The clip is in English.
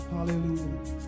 Hallelujah